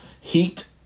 Heat